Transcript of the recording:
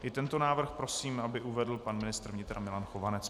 I tento návrh prosím, aby uvedl pan ministr vnitra Milan Chovanec.